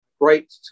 great